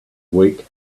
weak